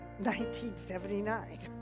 1979